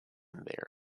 their